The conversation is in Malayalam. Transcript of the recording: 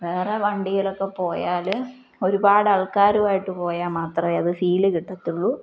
വേറെ വണ്ടിയിലൊക്കെ പോയാൽ ഒരുപാട് ആൾക്കാരുമായിട്ട് പോയാൽ മാത്രമേ അത് ഫീല് കിട്ടത്തുള്ളൂ